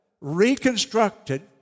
reconstructed